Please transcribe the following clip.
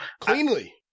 cleanly